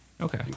Okay